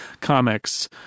comics